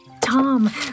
Tom